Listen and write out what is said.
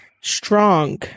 strong